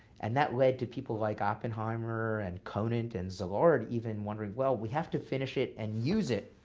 and that led to people like oppenheimer and conant and szilard even wondering, well, we have to finish it and use it